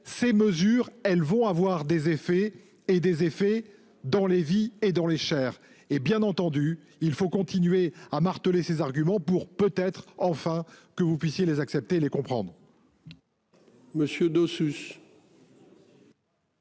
ces mesures, elles vont avoir des effets et des effets dans les vies et dans les chairs. Et bien entendu il faut continuer à marteler ses arguments pour peut être enfin que vous puissiez les accepter les comprendre.